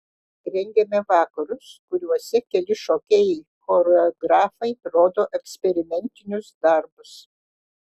rengiame vakarus kuriuose keli šokėjai choreografai rodo eksperimentinius darbus